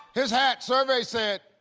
his hat. survey said.